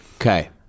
Okay